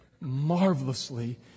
marvelously